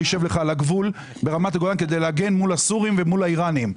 יישב על הגבול ברמת הגולן כדי לשמור מול הסורים ומול האיראנים.